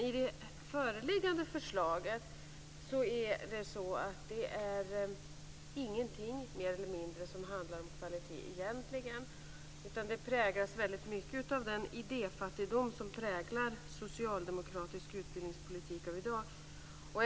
I det föreliggande förslaget finns det egentligen inte något som handlar om kvalitet. Det präglas väldigt mycket av den idéfattigdom som kännetecknar socialdemokratisk utbildningspolitik av i dag.